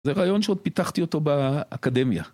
זה רעיון שעוד פיתחתי אותו באקדמיה.